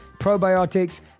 probiotics